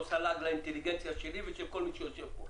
היא לעג לאינטליגנציה שלי ושל כל מי שיושב פה.